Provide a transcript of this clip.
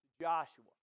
Joshua